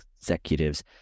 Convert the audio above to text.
executives